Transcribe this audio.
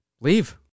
leave